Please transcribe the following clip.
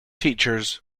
teachers